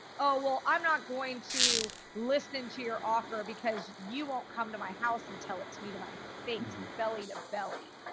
oh, well, i'm not going to listen to your offer because you won't come to my house and tell it to me, to my face and belly to belly.